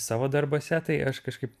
savo darbuose tai aš kažkaip